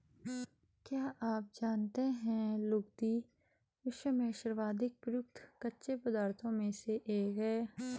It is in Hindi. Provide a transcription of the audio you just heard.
क्या आप जानते है लुगदी, विश्व में सर्वाधिक प्रयुक्त कच्चे पदार्थों में से एक है?